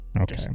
Okay